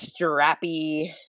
strappy